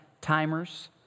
timers